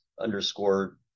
underscore